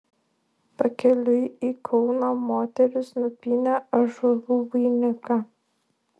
pakeliui į kauną moterys nupynė ąžuolų vainiką